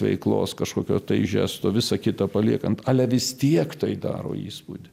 veiklos kažkokio tai žesto visą kitą paliekant ale vis tiek tai daro įspūdį